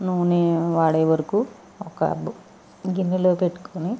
నూనె వాడే వరకు ఒక గిన్నెలో పెట్టుకుని